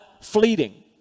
fleeting